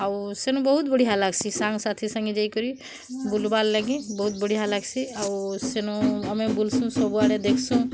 ଆଉ ସେନୁ ବହୁତ୍ ବଢ଼ିଆ ଲାଗ୍ସି ସାଙ୍ଗ୍ ସାଥି ସାଙ୍ଗେ ଯାଇ କରି ବୁଲ୍ବାର୍ ଲାଗି ବହୁତ୍ ବଢ଼ିଆ ଲାଗ୍ସି ଆଉ ସେନୁ ଆମେ ବୁଲ୍ସୁଁ ସବୁ ଆଡ଼େ ଦେଖ୍ସୁଁ